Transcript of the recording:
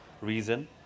reason